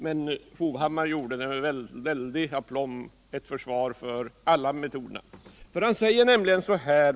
Men Erik Hovhammar gjorde med väldig aplomb ett försvar för alla metoderna.